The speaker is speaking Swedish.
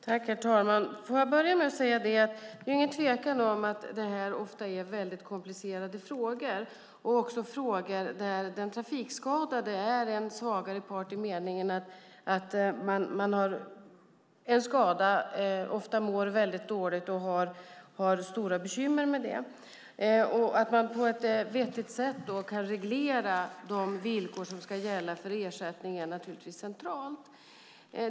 Herr talman! Låt mig börja med att säga att det inte råder någon tvekan om att detta ofta gäller väldigt komplicerade frågor, frågor där den trafikskadade är en svagare part i den meningen att man har en skada, ofta mår väldigt dåligt och har stora bekymmer med det. Att man då på ett vettigt sätt kan reglera de villkor som ska gälla för ersättning är naturligtvis centralt.